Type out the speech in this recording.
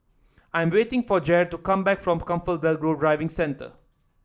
I am waiting for Jair to come back from ComfortDelGro Driving Centre